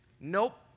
Nope